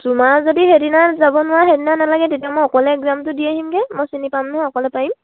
তোমাৰ যদি সেইদিনা যাব নোৱাৰা সেইদিনা নালাগে তেতিয়া মই অকলে এগজামটো দি আহিমগে মই চিনি পাম নহয় অকলে পাৰিম